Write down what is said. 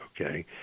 Okay